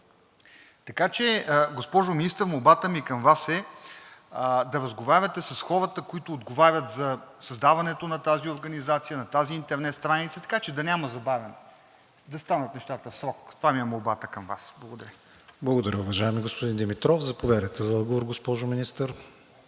години. Госпожо Министър, молбата ми към Вас е да разговаряте с хората, които отговарят за създаването на тази организация, на тази интернет страница, така че да няма забавяне, да станат нещата в срок. Това ми е молбата към Вас. Благодаря. ПРЕДСЕДАТЕЛ КРИСТИАН ВИГЕНИН: Благодаря, уважаеми господин Димитров. Заповядайте за отговор, госпожо Министър.